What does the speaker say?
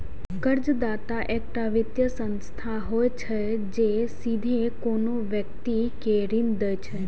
कर्जदाता एकटा वित्तीय संस्था होइ छै, जे सीधे कोनो व्यक्ति कें ऋण दै छै